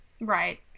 right